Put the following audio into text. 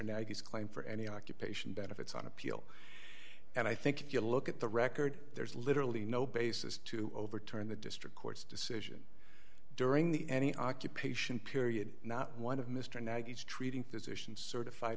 his claim for any occupation benefits on appeal and i think if you look at the record there's literally no basis to overturn the district court's decision during the any occupation period not one of mr now each treating physicians certified